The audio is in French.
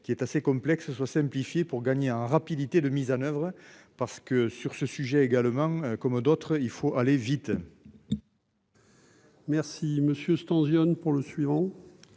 qui est assez complexe soit simplifiée pour gagner en rapidité de mise en oeuvre, parce que sur ce sujet également, comme d'autres, il faut aller vite. Merci monsieur ce temps Yonne pour le suivant.